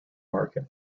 market